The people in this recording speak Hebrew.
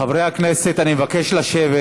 חברי הכנסת, אני מבקש לשבת.